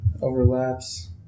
overlaps